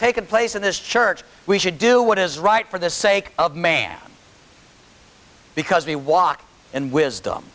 taken place in this church we should do what is right for the sake of man because we walk in wisdom